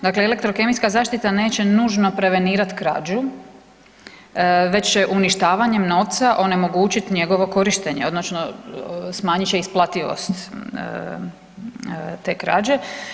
Dakle, elektrokemijska zaštita neće nužno prevenirat krađu već će uništavanjem novca onemogućiti njegovo korištenje odnosno smanjit će isplativost te krađe.